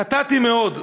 חטאתי מאוד.